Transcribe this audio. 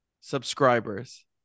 subscribers